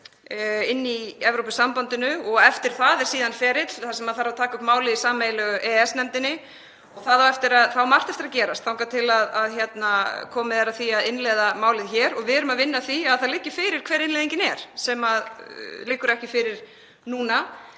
inni í Evrópusambandinu. Eftir tekur síðan við ferli þar sem taka þarf málið upp í sameiginlegu EES-nefndinni og það á margt eftir að gerast þangað til að komið er að því að innleiða málið hér. Við erum að vinna að því að það liggi fyrir hver innleiðingin er, sem liggur ekki fyrir núna,